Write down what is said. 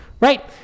Right